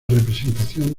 representación